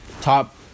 Top